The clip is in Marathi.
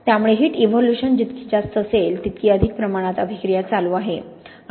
त्यामुळे हिट इव्होल्यूशन जितकी जास्त असेल तितकी अधिक प्रमाणात अभिक्रिया चालू आहे